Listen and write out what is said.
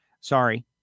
Sorry